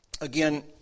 again